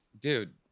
dude